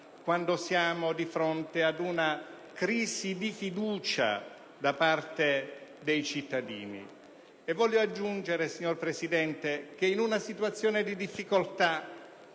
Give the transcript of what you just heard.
quando siamo di fronte ad una crisi di fiducia da parte dei cittadini. Voglio aggiungere, signor Presidente, che in una situazione di difficoltà